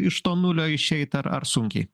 iš to nulio išeit ar ar sunkiai